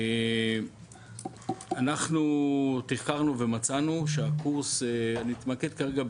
אנחנו תחקרנו, עשינו חקר מקיף